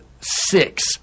six